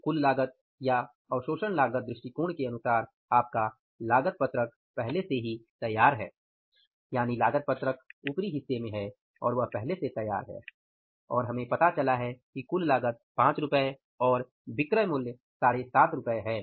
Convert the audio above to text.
तो कुल लागत या अवशोषण लागत दृष्टिकोण के अनुसार आपका लागत पत्रक पहले से ही तैयार है यानि लागत पत्रक ऊपरी हिस्से में है वह पहले से तैयार है और हमें पता चला है कि कुल लागत 5 रु और बिक्री मूल्य 75 रु है